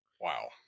Wow